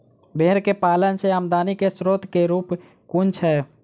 भेंर केँ पालन सँ आमदनी केँ स्रोत केँ रूप कुन छैय?